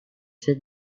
set